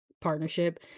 partnership